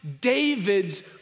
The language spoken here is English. David's